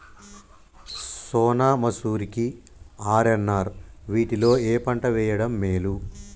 సోనా మాషురి కి ఆర్.ఎన్.ఆర్ వీటిలో ఏ పంట వెయ్యడం మేలు?